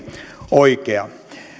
oikea